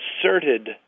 asserted